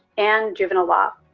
and juvenile law.